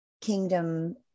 kingdom